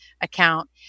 account